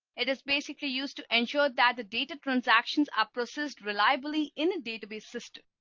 it is basically used to ensure that the data transactions are processed reliably in a database system.